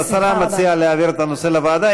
אז השרה מציעה להעביר את הנושא לוועדה.